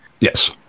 Yes